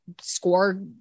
score